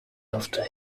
after